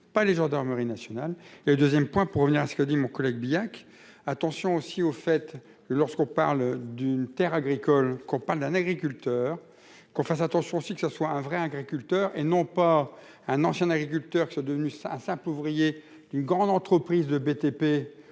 pas les gendarmerie nationale et 2ème point pour revenir à ce que dit mon collègue Billac. Attention aussi au fait. Lorsqu'on parle d'une terre agricole qu'on parle d'un agriculteur, qu'on fasse attention aussi que ce soit un vrai agriculteur et non pas un ancien agriculteur qui soit devenu ça ça ouvrier d'une grande entreprise de BTP.